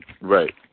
Right